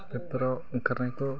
बेफोराव ओंखारनायखौ